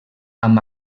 amb